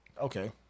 okay